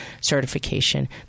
Certification